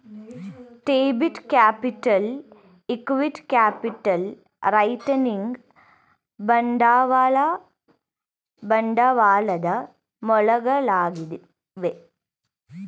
debit capital, equity capital, retaining ಬಂಡವಾಳ ಬಂಡವಾಳದ ಮೂಲಗಳಾಗಿವೆ